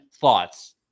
thoughts